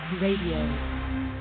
radio